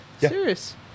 Serious